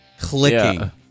clicking